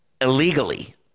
illegally